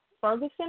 Ferguson